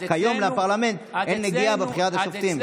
כיום לפרלמנט אין נגיעה בבחירת השופטים.